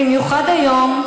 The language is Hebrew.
במיוחד היום,